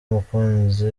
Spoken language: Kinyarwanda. mukunzi